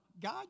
God